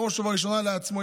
בראש ובראשונה לעצמו,